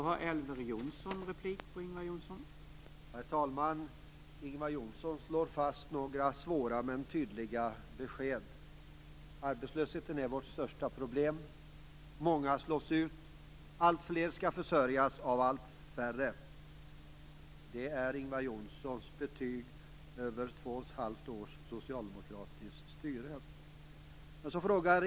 Herr talman! Ingvar Johnsson slår fast några svåra men tydliga besked: Arbetslösheten är vårt största problem. Många slås ut. Alltfler skall försörjas av allt färre. Det är Ingvar Johnssons betyg över två och ett halvt års socialdemokratiskt styre.